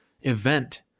event